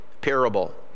parable